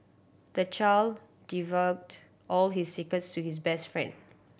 the child divulged all his secrets to his best friend